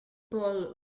paul